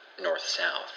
north-south